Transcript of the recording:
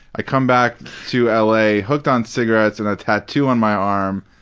i come back to l. a. hooked on cigarettes and a tattoo on my arm.